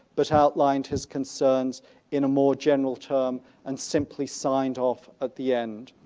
but outlined his concerns in a more general term and simply signed off at the end.